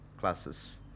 classes